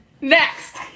Next